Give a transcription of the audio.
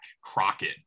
Crockett